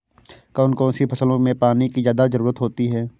कौन कौन सी फसलों में पानी की ज्यादा ज़रुरत होती है?